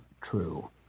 true